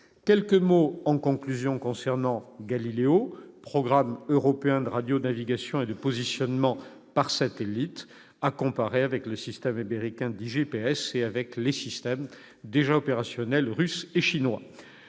quelques mots concernant Galileo, le programme européen de radionavigation et de positionnement par satellites, à comparer avec le système américain GPS et les systèmes, déjà opérationnels, russes et chinois.